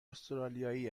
استرالیایی